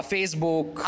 Facebook